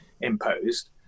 imposed